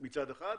מצד אחד,